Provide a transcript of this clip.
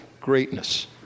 greatness